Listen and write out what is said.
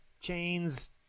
chains